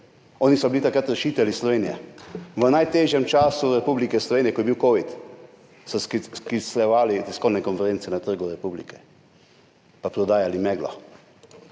Oni so bili takrat rešitelji Slovenije. V najtežjem času Republike Slovenije, ko je bil covid, so sklicevali tiskovne konference, na Trgu Republike, pa prodajali meglo.